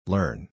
Learn